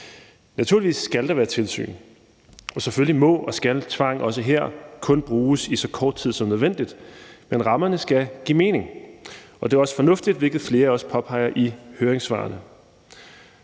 Naturligvis skal der være tilsyn, og selvfølgelig må og skal tvang også her kun bruges i så kort tid som nødvendigt, men rammerne skal give mening. Det er også fornuftigt, hvilket flere også påpeger i høringssvarene.